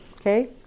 okay